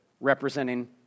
representing